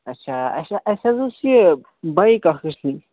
اَچھا اَچھا اَسہِ حظ اوس یہِ بایِک اَکھ ٲسۍ نِنۍ